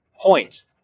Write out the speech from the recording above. point